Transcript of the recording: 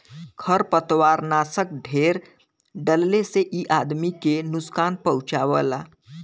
खरपतवारनाशक ढेर डलले से इ आदमी के नुकसान पहुँचावला